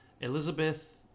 Elizabeth